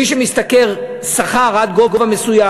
מי שמשתכר שכר עד גובה מסוים,